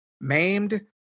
maimed